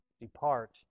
depart